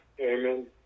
Amen